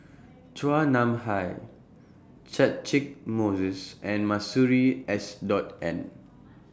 Chua Nam Hai Catchick Moses and Masuri S Dot N